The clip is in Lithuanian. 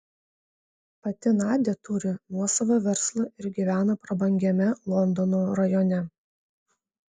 pati nadia turi nuosavą verslą ir gyvena prabangiame londono rajone